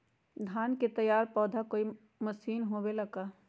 धान के तैयार करेला कोई मशीन होबेला का?